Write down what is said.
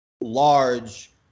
large